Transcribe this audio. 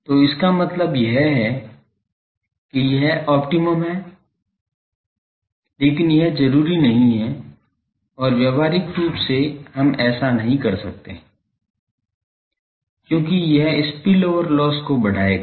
तो इसका मतलब यह है कि यह ऑप्टिमम है लेकिन यह जरुरी नहीं है और व्यावहारिक रूप से हम ऐसा नहीं कर सकते हैं क्योंकि यह स्पिल ओवर लोस्स को बढ़ाएगा